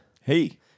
Hey